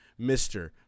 Mr